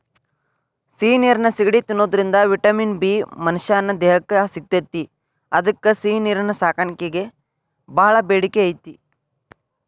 ಸಿಹಿ ನೇರಿನ ಸಿಗಡಿ ತಿನ್ನೋದ್ರಿಂದ ವಿಟಮಿನ್ ಬಿ ಮನಶ್ಯಾನ ದೇಹಕ್ಕ ಸಿಗ್ತೇತಿ ಅದ್ಕ ಸಿಹಿನೇರಿನ ಸಾಕಾಣಿಕೆಗ ಬಾಳ ಬೇಡಿಕೆ ಐತಿ